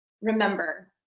remember